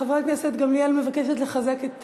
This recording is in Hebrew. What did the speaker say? חברת הכנסת גמליאל מבקשת לחזק,